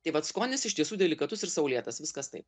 tai vat skonis iš tiesų delikatus ir saulėtas viskas taip